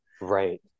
right